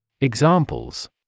Examples